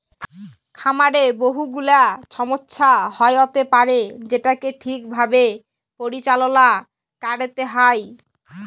খামারে বহু গুলা ছমস্যা হ্য়য়তে পারে যেটাকে ঠিক ভাবে পরিচাললা ক্যরতে হ্যয়